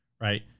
Right